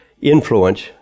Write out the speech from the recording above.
influence